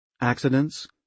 accidents